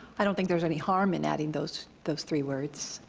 i don't think there's any harm in adding those those three words,